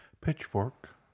Pitchfork